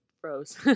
froze